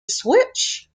switch